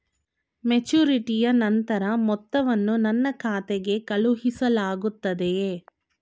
ಮೆಚುರಿಟಿಯ ನಂತರ ಮೊತ್ತವನ್ನು ನನ್ನ ಖಾತೆಗೆ ಕಳುಹಿಸಲಾಗುತ್ತದೆಯೇ?